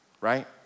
Right